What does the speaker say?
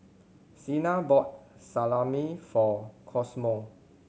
Cena bought Salami for Cosmo